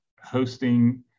hosting